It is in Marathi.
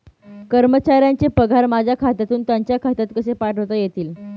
कर्मचाऱ्यांचे पगार माझ्या खात्यातून त्यांच्या खात्यात कसे पाठवता येतील?